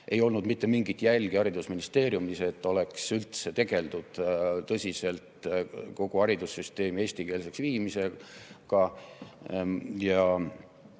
ei olnud mitte mingit jälge haridusministeeriumis, et oleks üldse tõsiselt tegeletud kogu haridussüsteemi eestikeelseks viimisega.